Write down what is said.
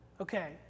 okay